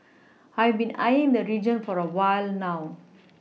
I've been eyeing the region for a while now